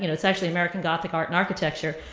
you know it's actually american gothic art and architecture.